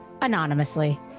anonymously